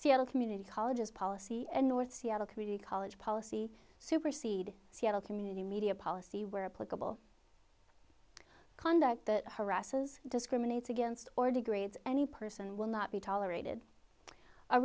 seattle community colleges policy and north seattle community college policy supersede seattle community media policy where political conduct that harasses discriminates against or degrades any person will not be tolerated a